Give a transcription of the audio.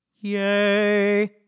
Yay